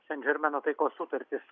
sen žermeno taikos sutartis